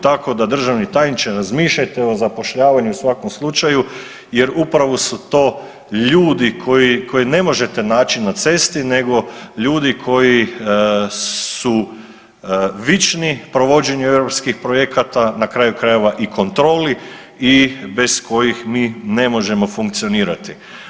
Tako da državni tajniče razmišljajte o zapošljavanju u svakom slučaju jer upravo su to ljudi koji ne možete naći na cesti nego ljudi koji su vični provođenju europskih projekata na krajeva i kontroli i bez kojih mi ne možemo funkcionirati.